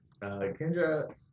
Kendra